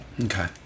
Okay